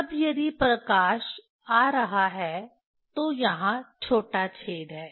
अब यदि प्रकाश आ रहा है तो यहां छोटा छेद है